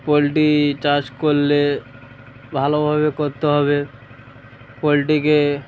poultry চাষ করলে ভালোভাবে করতে হবে পোলট্রিকে